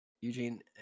Eugene